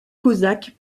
cosaques